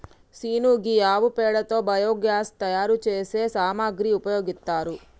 scene గీ ఆవు పేడతో బయోగ్యాస్ తయారు సేసే సామాగ్రికి ఉపయోగిత్తారు